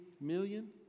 million